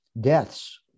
deaths